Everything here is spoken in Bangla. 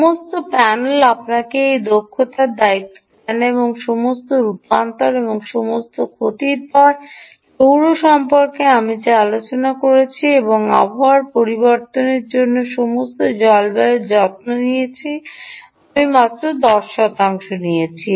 সমস্ত প্যানেল আপনাকে সেই ধরণের দক্ষতা দেয় না এবং সমস্ত রূপান্তর এবং সমস্ত ক্ষতির পরে সৌর সম্পর্কে আমি যে আলোচনা করেছিলাম এবং আবহাওয়ার পরিবর্তনের জন্য সমস্ত জলবায়ুর যত্ন নিয়েছি আমি মাত্র 10 শতাংশ নিয়েছি